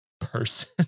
person